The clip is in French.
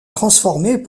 transformés